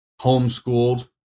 homeschooled